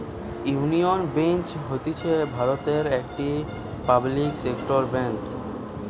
union Bank হতিছে ভারতের একটি পাবলিক সেক্টর বেঙ্ক